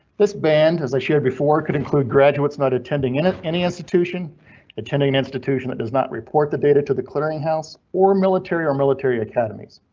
this band as i shared before it could include graduates not attending in it, any institution attending and institution that does not report the data to the clearinghouse or military or military academies.